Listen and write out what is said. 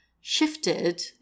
shifted